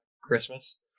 Christmas